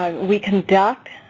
um we conduct.